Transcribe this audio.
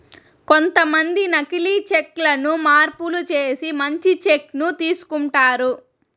కొంతమంది నకీలి చెక్ లను మార్పులు చేసి మంచి చెక్ ను తీసుకుంటారు